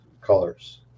colors